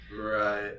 right